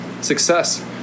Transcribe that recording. success